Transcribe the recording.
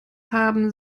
haben